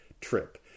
trip